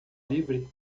livre